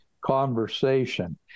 conversation